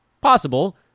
possible